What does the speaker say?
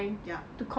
yup